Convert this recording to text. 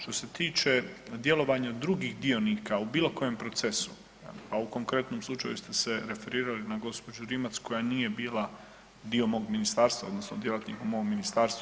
Što se tiče djelovanja drugih dionika u bilo kojem procesu, a u konkretnom slučaju ste se referirali na gđu. Rimac koja nije bila dio mog ministarstva odnosno djelatnik u mom ministarstvu.